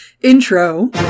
Intro